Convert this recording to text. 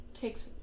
takes